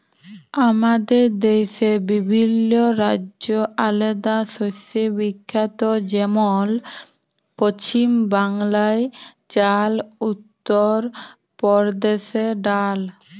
আমাদের দ্যাশে বিভিল্ল্য রাজ্য আলেদা শস্যে বিখ্যাত যেমল পছিম বাংলায় চাল, উত্তর পরদেশে ডাল